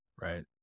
Right